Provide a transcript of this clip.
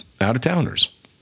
out-of-towners